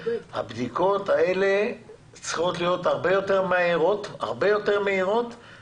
הבדיקות האלה צריכות להיות הרבה יותר מהירות והן